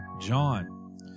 John